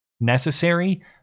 necessary